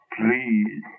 Please